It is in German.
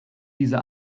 diese